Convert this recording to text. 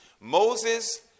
Moses